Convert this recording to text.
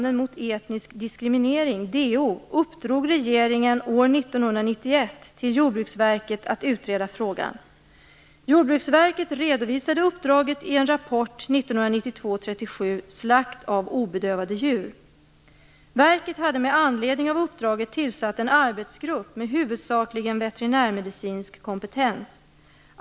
1991 till Jordbruksverket att utreda frågan. Jordbruksverket redovisade uppdraget i en rapport 1992:37 Slakt av obedövade djur. Verket hade med anledning av uppdraget tillsatt en arbetsgrupp med huvudsakligen veterinärmedicinsk kompetens.